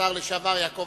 השר לשעבר יעקב